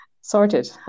Sorted